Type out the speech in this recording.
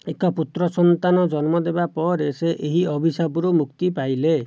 ଏକ ପୁତ୍ର ସନ୍ତାନ ଜନ୍ମ ଦେବା ପରେ ସେ ଏହି ଅଭିଶାପରୁ ମୁକ୍ତି ପାଇଲେ